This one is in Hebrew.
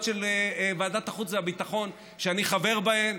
של ועדת החוץ והביטחון שאני חבר בהן,